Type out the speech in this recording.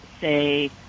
say